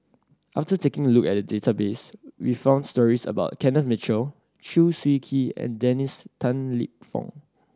after taking a look at the database we found stories about Kenneth Mitchell Chew Swee Kee and Dennis Tan Lip Fong